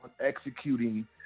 Executing